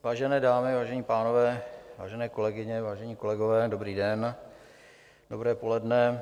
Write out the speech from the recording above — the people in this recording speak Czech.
Vážené dámy, vážení pánové, vážené kolegyně, vážení kolegové, dobrý den, dobré poledne.